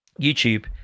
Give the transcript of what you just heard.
YouTube